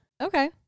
Okay